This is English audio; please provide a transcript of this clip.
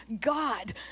god